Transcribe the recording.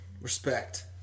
Respect